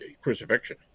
crucifixion